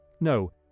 No